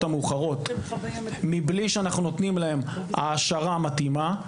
המאוחרות מבלי שאנחנו נותנים להם העשרה מתאימה.